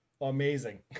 amazing